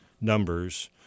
numbers